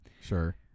Sure